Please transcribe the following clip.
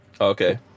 okay